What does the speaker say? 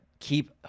Keep